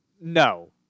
No